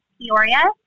Peoria